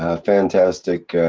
ah fantastic.